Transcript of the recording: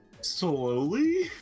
Slowly